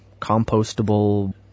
compostable